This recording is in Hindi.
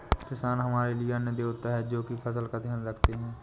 किसान हमारे लिए अन्न देवता है, जो की फसल का ध्यान रखते है